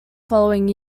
following